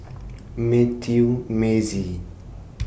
Mathew Mazie